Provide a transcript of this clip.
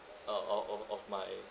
uh of of of my